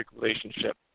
relationship